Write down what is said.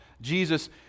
Jesus